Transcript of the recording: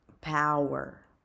power